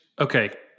okay